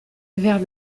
vers